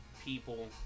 people